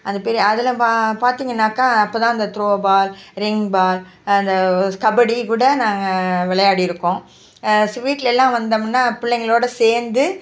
அந்த பீரி அதில் ப பார்த்தீங்கன்னாக்கா அப்போதான் அந்த த்ரோபால் ரிங்பால் அந்த கபடி கூட நாங்கள் விளையாடிருக்கோம் ஸ்வீட்லெலாம் வந்தோம்னா பிள்ளைங்களோடு சேர்ந்து